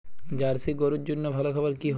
Jersey গরুর জন্য ভালো খাবার কি হবে?